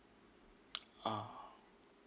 ah